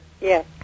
yes